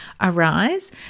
arise